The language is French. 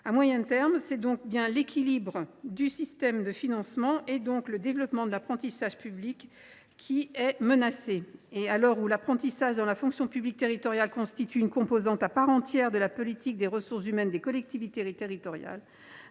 À moyen terme, c’est bien l’équilibre du système de financement, donc le développement de l’apprentissage public, qui est menacé. À l’heure où l’apprentissage dans la fonction publique territoriale constitue une composante à part entière de la politique des ressources humaines des collectivités territoriales,